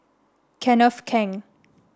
Kenneth Keng